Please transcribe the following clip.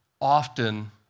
often